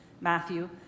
Matthew